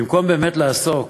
במקום באמת לעסוק